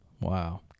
Wow